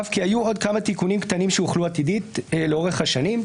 אף כי היו עוד כמה תיקונים קטנים שהוחלו עתידית לאורך השנים,